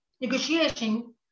negotiation